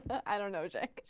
i don't know exactly